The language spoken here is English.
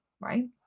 Right